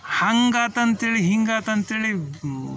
ಹಂಗೆ ಆಯ್ತಂಥೇಳಿ ಹಿಂಗೆ ಆಯ್ತಂಥೇಳಿ